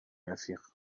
رفیق